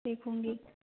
देखूँगी